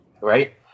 Right